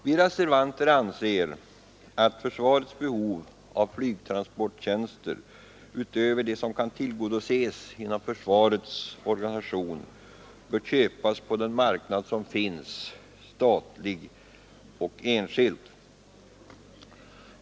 Vi reservanter anser att försvarets behov av flygtransporttjänster utöver dem som kan tillgodoses inom försvarets organisation bör köpas på den marknad som finns: statlig och enskild.